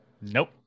Nope